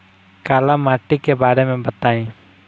काला माटी के बारे में बताई?